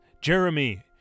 Jeremy